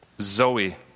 Zoe